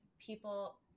people